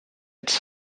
its